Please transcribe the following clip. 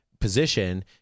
position